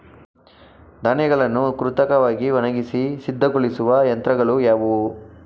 ಧಾನ್ಯಗಳನ್ನು ಕೃತಕವಾಗಿ ಒಣಗಿಸಿ ಸಿದ್ದಗೊಳಿಸುವ ಯಂತ್ರಗಳು ಯಾವುವು?